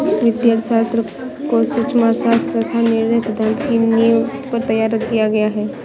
वित्तीय अर्थशास्त्र को सूक्ष्म अर्थशास्त्र तथा निर्णय सिद्धांत की नींव पर तैयार किया गया है